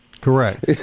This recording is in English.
Correct